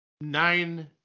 nine